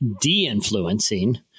De-influencing